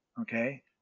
Okay